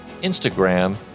Instagram